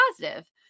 positive